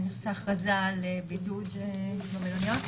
ההכרזה על בידוד במלוניות.